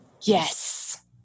Yes